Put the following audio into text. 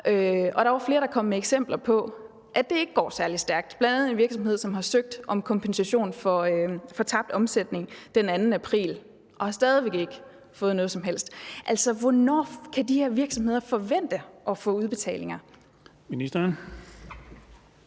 der var flere, der kom med eksempler på, at det ikke går særlig stærkt, bl.a. en virksomhed, som den 2. april har søgt om kompensation for tabt omsætning og stadig væk ikke har fået noget som helst. Altså, hvornår kan de her virksomheder forvente at få udbetalinger?